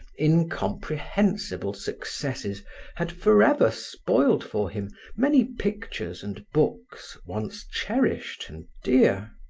incomprehensible successes had forever spoiled for him many pictures and books once cherished and dear.